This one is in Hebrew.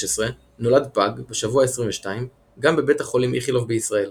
נולד פג בשבוע ה-22 גם בבית החולים איכילוב בישראל,